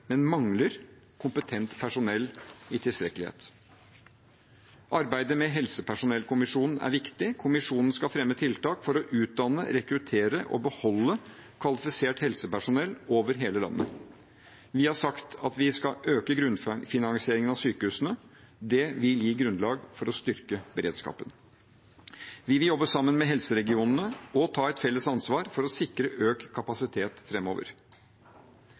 men mangler kompetent personell i tilstrekkelighet. Arbeidet med helsepersonellkommisjonen er viktig. Kommisjonen skal fremme tiltak for å utdanne, rekruttere og beholde kvalifisert helsepersonell – over hele landet. Vi har sagt at vi skal øke grunnfinansieringen av sykehusene. Det vil gi grunnlag for å styrke beredskapen. Vi vil jobbe sammen med helseregionene og ta et felles ansvar for å sikre økt kapasitet